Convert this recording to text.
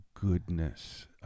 goodness